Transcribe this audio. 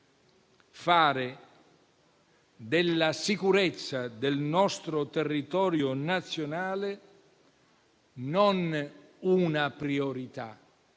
fare della sicurezza del nostro territorio nazionale non una priorità,